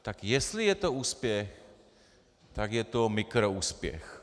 Tak jestli je to úspěch, tak je to mikroúspěch.